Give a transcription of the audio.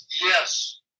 Yes